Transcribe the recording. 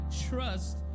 trust